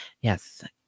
Yes